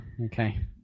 Okay